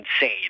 insane